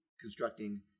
constructing